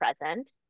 present